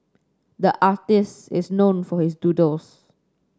the artist is known for his doodles